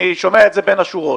אני שומע את זה בין השורות.